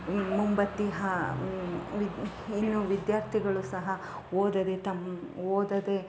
ಮೊಂಬತ್ತಿ ಹ ವಿದ್ ಇನ್ನು ವಿದ್ಯಾರ್ಥಿಗಳು ಸಹ ಓದದೇ ತಮ್ಮ ಓದದೇ